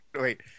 wait